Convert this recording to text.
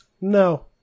No